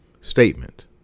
statement